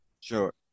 Sure